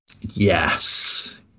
yes